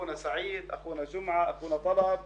על סמך אותן תכניות שנקבעו בשנות ה-60,